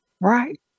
right